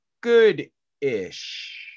good-ish